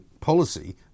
policy